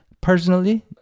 personally